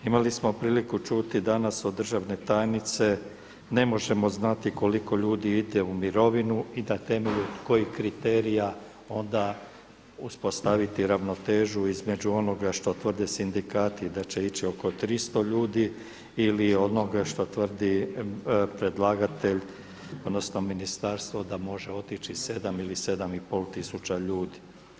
Imali smo priliku čuti danas od državne tajnice ne možemo znati koliko ljudi ide u mirovinu i na temelju kojih kriterija onda uspostaviti ravnotežu između onoga što tvrde sindikati da će ići oko 300 ljudi ili onoga što tvrdi predlagatelj odnosno ministarstvo da može otići 7 ili 7,5 tisuća ljudi.